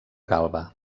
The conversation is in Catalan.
galba